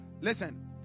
Listen